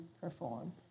Performed